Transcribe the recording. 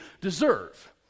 deserve